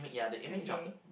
okay